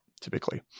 typically